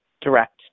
direct